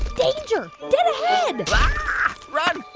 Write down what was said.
danger dead ahead run,